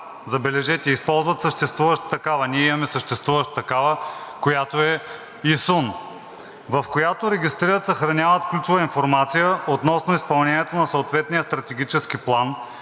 такава. Ние имаме съществуваща такава, която е ИСУН, в която регистрират, съхраняват ключова информация относно изпълнението на съответния стратегически план,